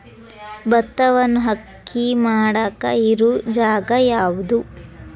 ಭತ್ತವನ್ನು ಅಕ್ಕಿ ಮಾಡಾಕ ಇರು ಜಾಗ ಯಾವುದು?